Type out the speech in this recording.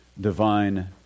divine